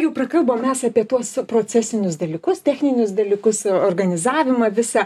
jau prakalbom mes apie tuos procesinius dalykus techninius dalykus organizavimą visa